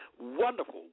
wonderful